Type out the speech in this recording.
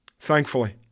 Thankfully